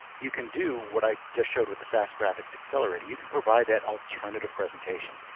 you can do what i just showed with the sas graphics accelerator. you can provide that alternative presentation.